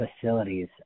facilities